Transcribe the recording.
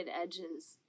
edges